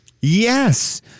Yes